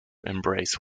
embrace